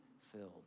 filled